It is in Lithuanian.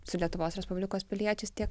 su lietuvos respublikos piliečiais tiek